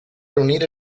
reunir